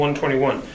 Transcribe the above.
121